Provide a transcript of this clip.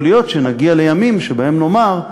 יכול להיות שנגיע לימים שבהם נאמר: